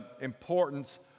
importance